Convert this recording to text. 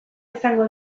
izango